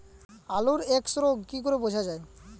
আলুর এক্সরোগ কি করে বোঝা যায়?